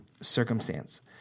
circumstance